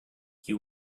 you